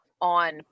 on